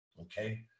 Okay